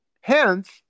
hence